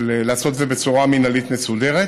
ולעשות את זה בצורה מינהלית מסודרת.